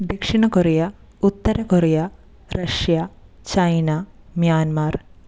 ദക്ഷിണ കൊറിയ ഉത്തര Korea Russia China Myanmar